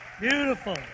beautiful